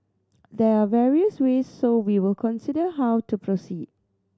there are various ways so we will consider how to proceed